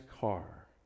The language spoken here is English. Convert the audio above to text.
car